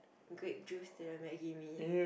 grape juice to the maggi mee